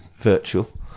virtual